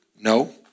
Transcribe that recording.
No